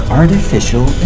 artificial